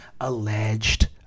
alleged